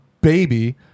baby